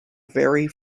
very